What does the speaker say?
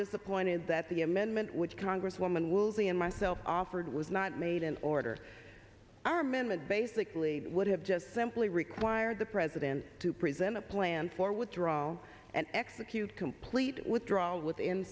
disappointed that the amendment which congresswoman wills and myself offered was not made an order our amendment basically would have just simply required the president to present a plan for withdrawal and execute complete withdrawal within